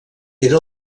era